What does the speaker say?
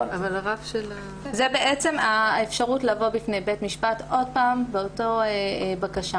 זו בעצם האפשרות לבוא בית משפט עוד פעם באותה בקשה